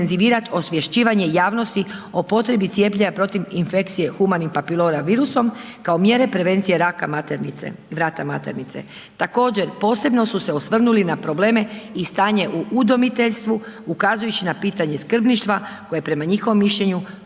osvješćivanje javnosti o potrebi cijepljenja protiv infekcije HPV-a kao mjere prevencije raka maternice, vrata maternice. Također, posebno su se osvrnuli na probleme i stanje u udomiteljstvu ukazujući na pitanje skrbništva koje je prema njihovom mišljenju